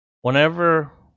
Whenever